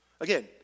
Again